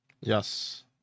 Yes